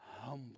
humble